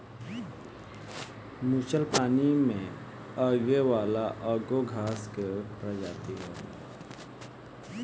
मुलच पानी में उगे वाला एगो घास के प्रजाति होला